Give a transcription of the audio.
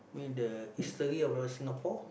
you mean the history about Singapore